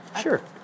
Sure